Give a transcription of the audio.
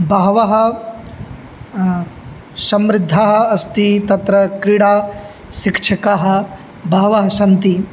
बहवः समृद्धः अस्ति तत्र क्रीडा शिक्षकाः बहवः सन्ति